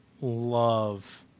Love